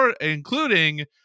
including